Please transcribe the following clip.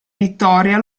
vittoria